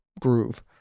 Groove